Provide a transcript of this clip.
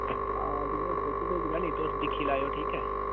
हां तुसें ई अ'ऊं फोटू भेजगा निं तुस दिक्खी लैएओ ठीक ऐ